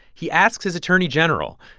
he asks his attorney general,